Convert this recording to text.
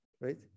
right